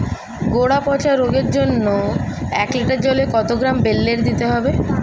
গোড়া পচা রোগের জন্য এক লিটার জলে কত গ্রাম বেল্লের দিতে হবে?